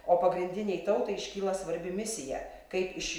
o pagrindinei tautai iškyla svarbi misija kaip iš